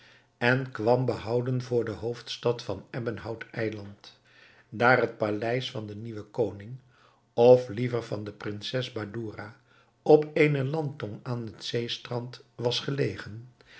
en kwam behouden voor de hoofdstad van het ebbenhout eiland daar het paleis van den nieuwen koning of liever van de prinses badoura op eene landtong aan het zeestrand was gelegen